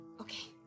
Okay